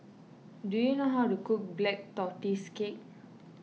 do you know how to cook Black Tortoise Cake